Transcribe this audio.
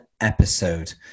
episode